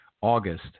August